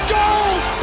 gold